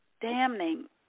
damning